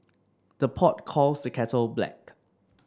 the pot calls the kettle black